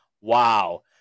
wow